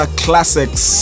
classics